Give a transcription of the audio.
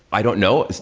i don't know.